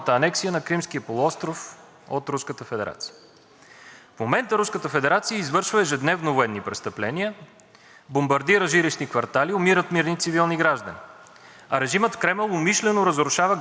бомбардира жилищни квартали, умират мирни цивилни граждани, а режимът в Кремъл умишлено разрушава гражданска инфраструктура, като електроцентрали и язовири, за да лиши украинското население от нормални цивилизовани условия за живот.